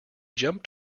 jumped